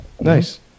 Nice